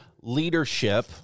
Leadership